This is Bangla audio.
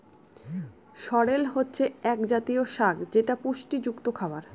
সরেল হচ্ছে এক জাতীয় শাক যেটা পুষ্টিযুক্ত খাবার